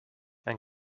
and